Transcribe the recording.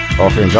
often